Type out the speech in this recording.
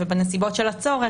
ובנסיבות של הצורך,